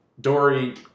dory